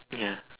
ya